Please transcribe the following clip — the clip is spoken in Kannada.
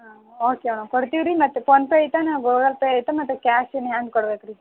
ಹಾಂ ಓಕೆ ಮ್ಯಾಮ್ ಕೊಡ್ತೀವಿ ರೀ ಮತ್ತು ಫೋನ್ ಪೇ ಐತೇನ ಗೂಗಲ್ ಪೇ ಐತೆ ಮತ್ತು ಕ್ಯಾಶ್ ಇನ್ ಹ್ಯಾಂಡ್ ಕೊಡ್ಬೇಕು ರೀ